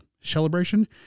Celebration